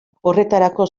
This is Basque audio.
horretarako